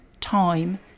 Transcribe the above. time